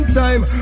time